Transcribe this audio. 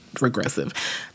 regressive